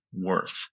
worth